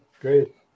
Great